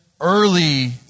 early